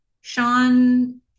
Sean